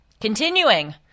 Continuing